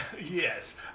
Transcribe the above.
yes